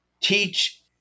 teach